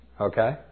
Okay